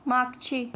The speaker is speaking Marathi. मागची